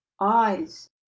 eyes